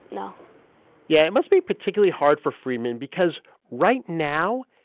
no yeah, it must be particularly hard for freidman because right now,